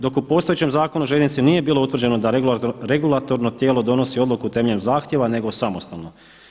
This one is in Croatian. Dok u postojećem zakonu o željeznici nije bilo utvrđeno da regulatorno tijelo donosi odluku temeljem zahtjeva nego samostalno.